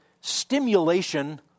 stimulation